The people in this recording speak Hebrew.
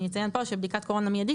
(אני אציין פה שבדיקת קורונה מיידית,